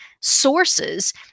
sources